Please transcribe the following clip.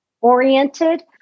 oriented